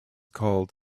called